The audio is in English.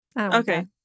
okay